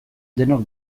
denok